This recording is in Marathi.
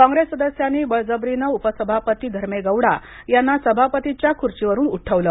कॉंग्रेस सदस्यांनी बळजबरीने उपसभापती धर्मे गौडा यांना सभापतीच्या खुर्चीवरून उठवलं